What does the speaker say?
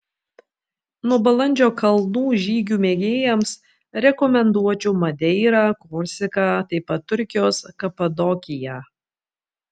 nuo balandžio kalnų žygių mėgėjams rekomenduočiau madeirą korsiką taip pat turkijos kapadokiją